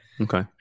Okay